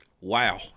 wow